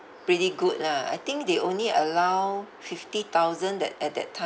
pretty good lah I think they only allow fifty thousand that at that ti~